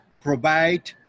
provide